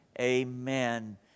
amen